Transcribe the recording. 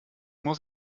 muss